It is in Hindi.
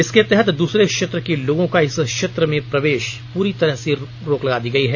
इसके तहत दूसरे क्षेत्र के लोगों का इस क्षेत्र में प्रवेश पर पूरी तरह से रोक लगा दी गई है